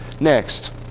Next